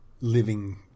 living